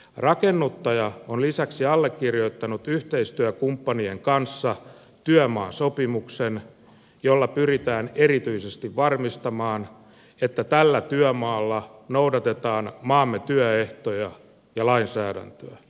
rakennuttaja on lisäksi allekirjoittanut yhteistyökumppanien kanssa työmaasopimuksen jolla pyritään erityisesti varmistamaan että tällä työmaalla noudatetaan maamme työehtoja ja lainsäädäntöä